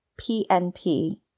PNP